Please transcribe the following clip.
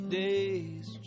days